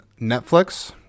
Netflix